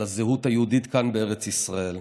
של הזהות היהודית כאן בארץ ישראל.